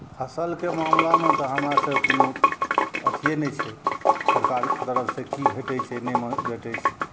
फसिलके मामिलामे तऽ हमरासबके कोनो अथिए नहि छै सरकारके तरफसँ कि भेटै छै नहि भेटै छै